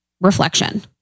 reflection